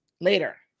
later